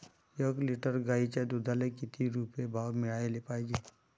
एक लिटर गाईच्या दुधाला किती रुपये भाव मिळायले पाहिजे?